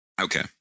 Okay